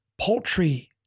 Poultry